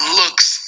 looks